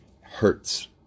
hurts